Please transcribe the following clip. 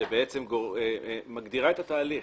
שבעצם מגדירה את התהליך,